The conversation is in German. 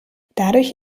dadurch